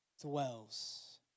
dwells